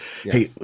hey